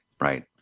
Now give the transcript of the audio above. right